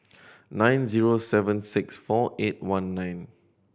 nine zero seven six four eight one nine